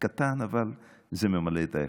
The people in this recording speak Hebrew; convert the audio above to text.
קטן, אבל זה ממלא את ההיכל.